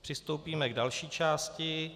Přistoupíme k další části.